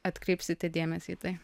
atkreipsite dėmesį į tai